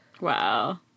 Wow